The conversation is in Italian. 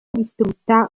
distrutta